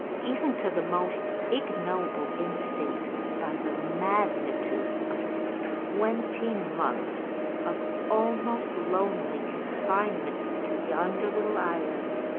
even to the most ignoble instinct by the magnitude of his twenty months of almost lonely confinement to yonder little island,